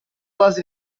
was